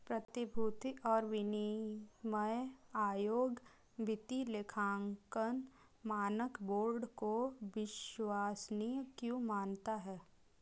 प्रतिभूति और विनिमय आयोग वित्तीय लेखांकन मानक बोर्ड को विश्वसनीय क्यों मानता है?